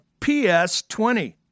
PS20